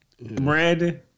Brandon